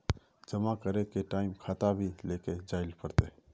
जमा करे के टाइम खाता भी लेके जाइल पड़ते?